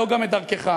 גם לא את דרכך.